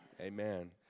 Amen